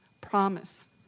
promise